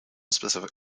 specific